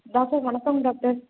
doctor வணக்கம் doctor